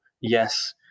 Yes